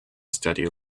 study